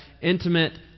intimate